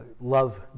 love